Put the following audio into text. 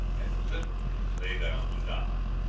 and literally lay down to die.